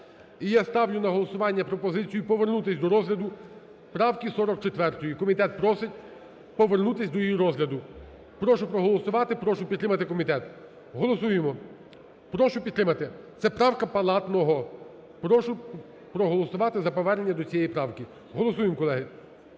я ставлю на голосування пропозицію повернутись до розгляду правки 44-ої. Комітет просить повернутись до її розгляду. Прошу проголосувати, прошу підтримати комітет. Голосуємо, прошу підтримати. Це правка Палатного. Прошу проголосувати за повернення до цієї правки. Голосуємо, колеги.